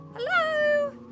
Hello